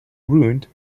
ruined